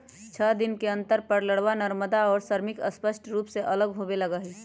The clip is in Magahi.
छः दिन के अंतर पर लारवा, नरमादा और श्रमिक स्पष्ट रूप से अलग होवे लगा हई